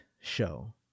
show